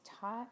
taught